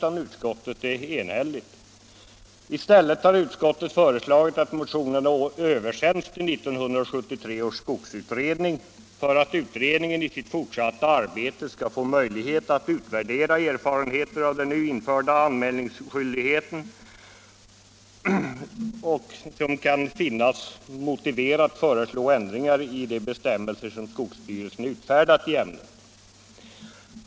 I stället har utskottet enhälligt föreslagit att motionerna översänds till 1973 års skogsutredning för att utredningen i sitt fortsatta arbete skall få möjlighet att utvärdera erfarenheterna av den nu införda anmälningsskyldigheten och, där det kan befinnas motiverat, föreslå ändringar i de bestämmelser som skogsstyrelsen utfärdat i ämnet.